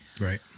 Right